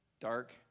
dark